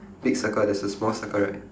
big circle there's a small circle right